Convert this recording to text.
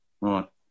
Right